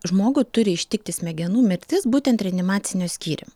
žmogų turi ištikti smegenų mirtis būtent reanimacinio skyrium